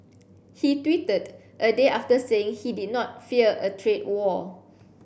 he tweeted a day after saying he did not fear a trade war